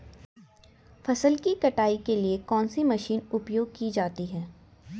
फसल की कटाई के लिए कौन सी मशीन उपयोग की जाती है?